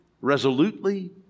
resolutely